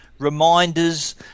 reminders